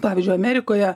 pavyzdžiui amerikoje